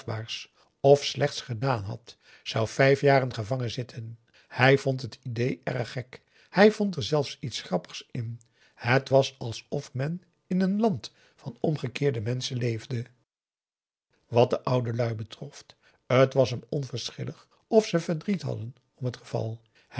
of slechts gedaan had zou vijf jaren gevangen zitten hij vond het idée erg gek hij vond er zelfs iets grappigs in het was alsof men in een land van omgekeerde menschen leefde wat de oude lui betrof t was hem onverschillig of ze verdriet hadden om t geval